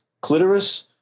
clitoris